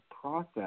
process